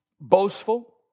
Boastful